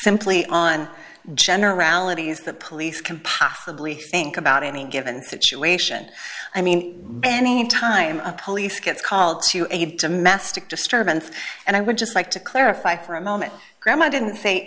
simply on generalities the police can possibly think about any given situation i mean any time a police gets called to a domestic disturbance and i would just like to clarify for a moment graham i didn't say